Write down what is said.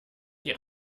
die